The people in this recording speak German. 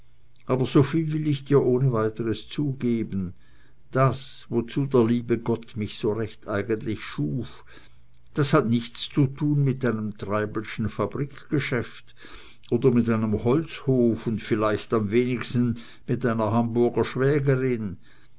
aber soviel will ich dir ohne weiteres zugeben das wozu der liebe gott mich so recht eigentlich schuf das hat nichts zu tun mit einem treibelschen fabrikgeschäft oder mit einem holzhof und vielleicht am wenigsten mit einer hamburger schwägerin